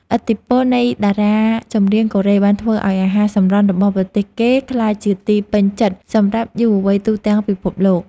ឥទ្ធិពលនៃតារាចម្រៀងកូរ៉េបានធ្វើឱ្យអាហារសម្រន់របស់ប្រទេសគេក្លាយជាទីពេញចិត្តសម្រាប់យុវវ័យទូទាំងពិភពលោក។